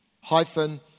hyphen